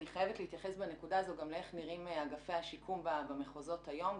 אני חייבת להתייחס בנקודה הזו גם לאיך נראים אגפי השיקום במחוזות היום.